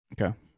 Okay